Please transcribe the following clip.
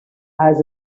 has